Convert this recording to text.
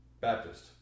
Baptist